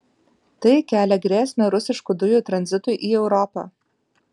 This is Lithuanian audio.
tai kelia grėsmę rusiškų dujų tranzitui į europą